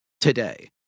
today